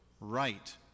right